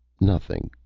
nothing.